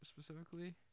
specifically